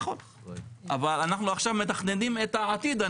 אבל אנחנו עכשיו מתכננים את העתיד,